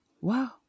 Wow